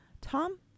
Tom